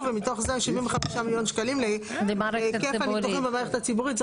ומתוך זה 75 מיליון שקלים להיקף הניתוחים במערכת הציבורית.